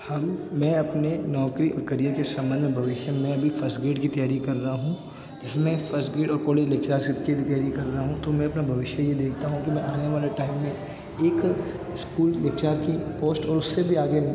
हम मैं अपने नौकरी और करियर के संबंध भविष्य में अभी फर्स्ट ग्रेड की तैयारी कर रहा हूँ जिसमें फर्स्ट ग्रेट और कॉलेज लेक्चरारशिप की भी तैयारी कर रहा हूँ तो मैं अपना भविष्य ये देखता हूँ कि मैं आने वाले टाइम में एक स्कूल लेक्चरार की पोस्ट और उससे भी आगे